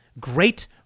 great